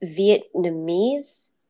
Vietnamese